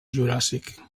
juràssic